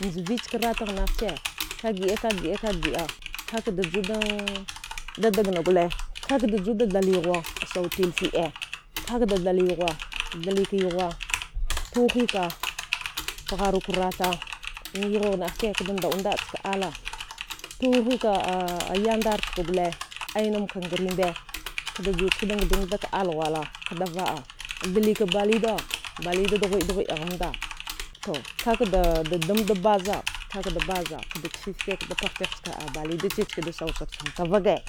Njeve chka rate gh naghe che ka gila, ka gi'a-ka gi'a ka ka da ju degna gule ka ka da ju thal yogha a sau till fi'a, ka ka da thal yogha ke tha da thal yogha, tuhi ka pegharu ka ratha an yoghe nan che fida da'u da chka alla, tuhi ka ya nda ra chka gule aimm ka ngre mbe k'da juwa chka ngthu-ntha ke all ghewalla k'da va'a, thilika ba liyida balyida, doglode-doglode gham nda, to, kaka da dem da baza, kaka da baza k da tefi fika k'da pagh tihi chka balyida che, nchk da sau sage che mta vage